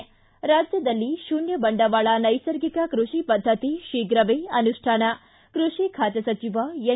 ಿ ರಾಜ್ಯದಲ್ಲಿ ಶೂನ್ಯ ಬಂಡವಾಳ ನೈಸರ್ಗಿಕ ಕೈಷಿ ಪದ್ಧತಿ ಶೀಘು ಅನುಷ್ಠಾನ ಕೃಷಿ ಖಾತೆ ಸಚಿವ ಎನ್